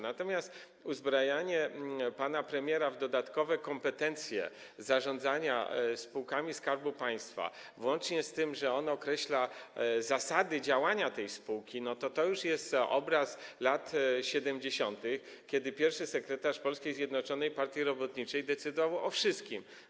Natomiast uzbrajanie pana premiera w dodatkowe kompetencje do zarządzania spółkami Skarbu Państwa, włącznie z tym, że określa on zasady działania tych spółek, to jest już obraz lat 70., kiedy I sekretarz Polskiej Zjednoczonej Partii Robotniczej decydował o wszystkim.